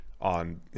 on